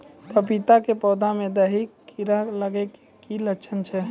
पपीता के पौधा मे दहिया कीड़ा लागे के की लक्छण छै?